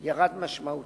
ושב ירד משמעותית,